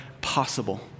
possible